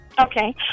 Okay